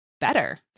better